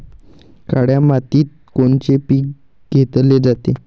काळ्या मातीत कोनचे पिकं घेतले जाते?